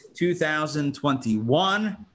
2021